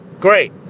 great